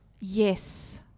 Yes